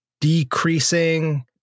decreasing